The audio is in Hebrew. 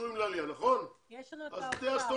הסוכנות מתקצבת במקום הממשלה הרבה דברים שקשורים לעלייה,